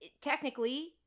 technically